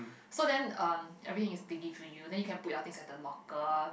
so then um everything is they give to you then you can put your things at the locker